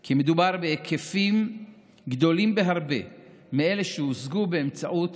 כי מדובר בהיקפים גדולים בהרבה מאלה שהושגו באמצעות